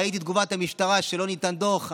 ראיתי את תגובת המשטרה שלא ניתן דוח,